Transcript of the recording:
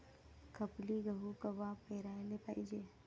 खपली गहू कवा पेराले पायजे?